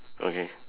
okay